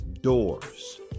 doors